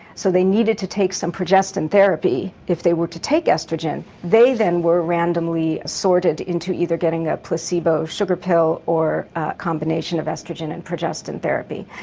so they needed to take some progestin therapy if they were to take oestrogen. they then were randomly sorted into either getting a placebo, a sugar pill, or a combination of oestrogen and progestin therapy.